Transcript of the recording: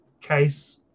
case